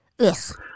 Yes